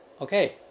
okay